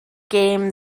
gêm